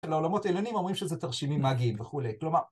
לעולמות העליונים אומרים שזה תרשימים מאגיים וכולי, כלומר...